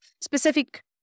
specific